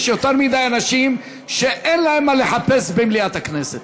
יש יותר מדי אנשים שאין להם מה לחפש במליאת הכנסת